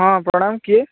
ହଁ ପ୍ରଣାମ କିଏ